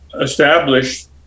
established